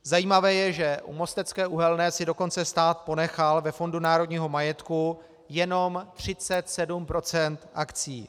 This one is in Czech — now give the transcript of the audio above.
Zajímavé je, že u Mostecké uhelné si dokonce stát ponechal ve Fondu národního majetku jenom 37 % akcií.